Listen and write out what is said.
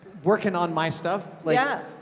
working on my stuff. like yeah.